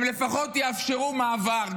הם לפחות יאפשרו מעבר,